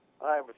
Hi